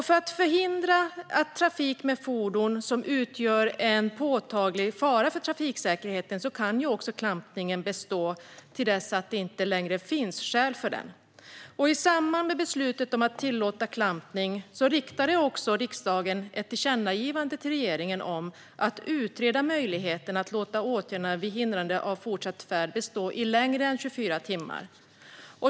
För att förhindra trafik med fordon som utgör en påtaglig fara för trafiksäkerheten kan klampningen bestå till dess att det inte längre finns skäl för den. I samband med beslutet att tillåta klampning riktade riksdagen även ett tillkännagivande till regeringen om att utreda möjligheterna att låta åtgärderna vid hindrande av fortsatt färd bestå i längre än 24 timmar.